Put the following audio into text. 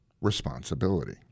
responsibility